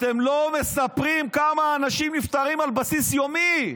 אתם לא מספרים כמה אנשים נפטרים על בסיס יומי.